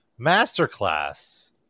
Masterclass